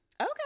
Okay